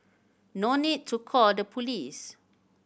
no need to call the police